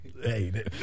Hey